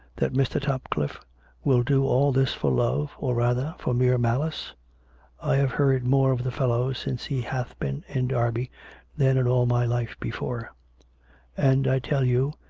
that mr. topcliffe will do all this for love, or rather, for mere malice i have heard more of the fellow since he hath been in derby than in all my life before and, i tell you,